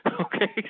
Okay